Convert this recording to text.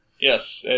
Yes